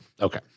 Okay